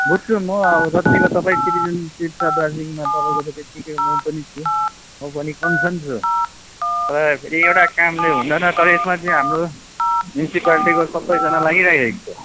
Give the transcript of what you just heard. बुझ्छु म अब जत्तिको तपाईँ सिटजनसिप छ दार्जिलिङमा तपाईँको छ त्यत्तिकै म पनि छु म पनि कन्सर्न छु तर फेरि एउटा कामले हुँदैन तर यसमा चाहिँ हाम्रो म्युनिसिप्यालिटीको सबैजना लागिरहेको छ